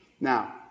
Now